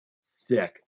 sick